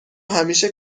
همیشه